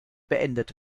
beendet